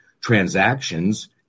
transactions